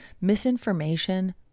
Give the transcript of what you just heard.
misinformation